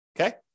Okay